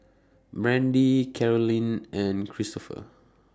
Brandie Carolyn and Christoper